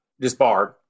disbarred